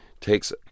takes